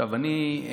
אני,